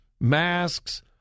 masks